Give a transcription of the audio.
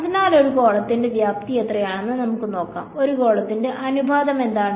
അതിനാൽ ഒരു ഗോളത്തിന്റെ വ്യാപ്തി എത്രയാണെന്ന് നമുക്ക് നോക്കാം ഒരു ഗോളത്തിന്റെ അനുപാതം എന്താണ്